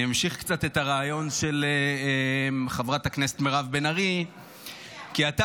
אני אמשיך קצת את הרעיון של חברת הכנסת מירב בן ארי --- לא תיאמנו.